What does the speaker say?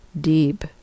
deep